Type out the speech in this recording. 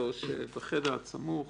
שזה הסכם הרשאה לתכנון,